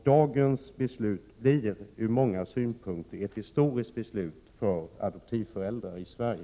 Dagens beslut blir från många synpunkter ett historiskt beslut för adoptivföräldrar i Sverige.